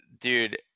dude